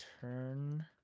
turn